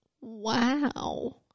Wow